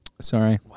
Sorry